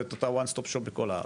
ואת אותה "one stop shop" בכל הארץ.